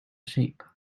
shape